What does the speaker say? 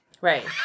Right